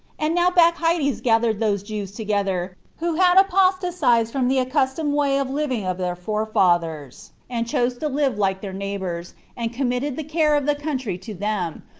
and now bacchides gathered those jews together who had apostatized from the accustomed way of living of their forefathers, and chose to live like their neighbors, and committed the care of the country to them,